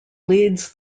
leads